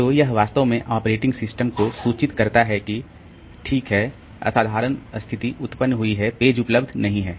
तो यह वास्तव में ऑपरेटिंग सिस्टम को सूचित करता है कि ठीक है असाधारण स्थिति उत्पन्न हुई है पेज उपलब्ध नहीं है